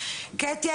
קטי,